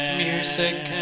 music